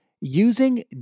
using